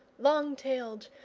long-tailed,